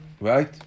right